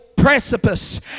Precipice